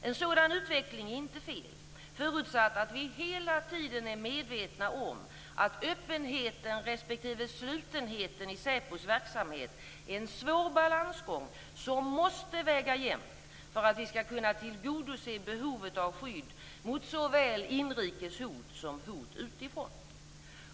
En sådan utveckling är inte fel, förutsatt att vi hela tiden är medvetna om att öppenheten respektive slutenheten i SÄPO:s verksamheten är en svår balansgång som måste väga jämnt för att vi skall kunna tillgodose behovet av skydd mot såväl inrikes hot som hot utifrån.